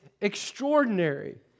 extraordinary